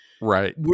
right